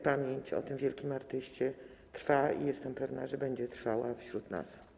Pamięć o tym wielkim artyście trwa i jestem pewna, że będzie trwała wśród nas.